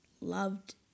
loved